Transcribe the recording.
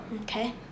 Okay